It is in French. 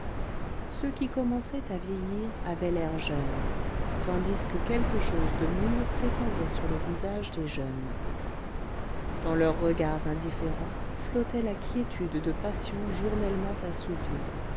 ceux qui commençaient à vieillir avaient l'air jeune tandis que quelque chose de mûr s'étendait sur le visage des jeunes dans leurs regards indifférents flottait la quiétude de passions journellement assouvies